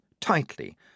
tightly